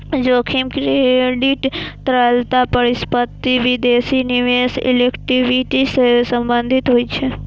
जोखिम क्रेडिट, तरलता, परिसंपत्ति, विदेशी निवेश, इक्विटी सं संबंधित होइ छै